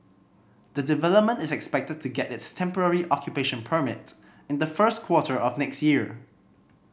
the development is expected to get its temporary occupation permit in the first quarter of next year